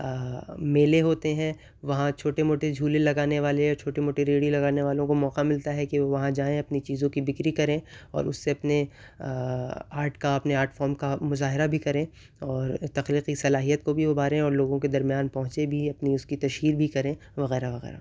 میلے ہوتے ہیں وہاں چھوٹے موٹے جھولے لگانے والے چھوٹے موٹے ریڑی لگانے والوں کو موقع ملتا ہے کہ وہ وہاں جائیں اپنی چیزوں کی بکری کریں اور اس سے اپنے آرٹ کا اپنے آرٹ فام کا مظاہرہ بھی کریں اور تخلیقی صلاحیت کو بھی ابھاریں اور لوگوں کے درمیان پہنچے بھی اپنی اس کی تشہیر بھی کریں وغیرہ وغیرہ